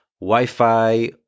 Wi-Fi